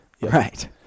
Right